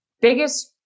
Biggest